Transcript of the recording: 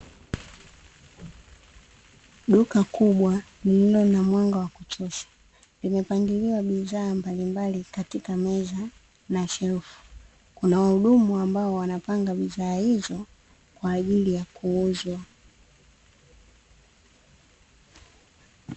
Duka kubwa lililo na mwanga wa kutosha, limepangiliwa bidhaa mbalimbali katika meza na shelfu, kuna wahudumu ambao wanapanga bidhaa hizo kwaajili ya kuuzwa.